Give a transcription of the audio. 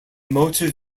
motor